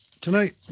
tonight